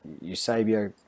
Eusebio